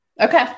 Okay